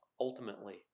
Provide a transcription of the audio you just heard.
ultimately